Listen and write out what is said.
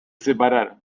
separaron